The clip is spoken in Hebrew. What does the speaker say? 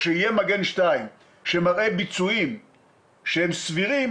כשיהיה מגן 2 שמראה ביצועים סבירים,